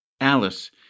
Alice